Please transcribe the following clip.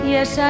Yes